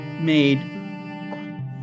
made